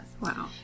Wow